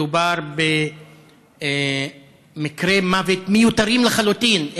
מדובר במקרי מוות מיותרים לחלוטין.